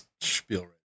spiel